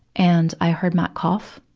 and i heard matt cough,